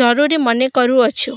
ଜରୁରୀ ମନେ କରୁଅଛୁ